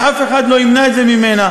ואף אחד לא ימנע את זה ממנה.